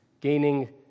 gaining